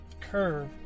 curve